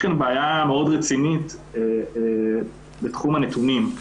בעיה מאוד רצינית בתחום הנתונים.